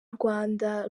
rwanda